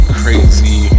crazy